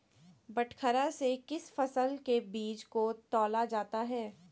बटखरा से किस फसल के बीज को तौला जाता है?